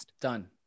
Done